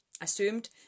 assumed